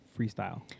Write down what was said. freestyle